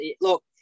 look